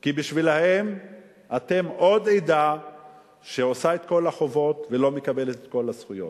כי בשבילם אתם עוד עדה שעושה את כל החובות ולא מקבלת את כל הזכויות.